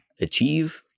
achieve